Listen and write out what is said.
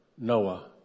Noah